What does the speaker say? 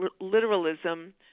literalism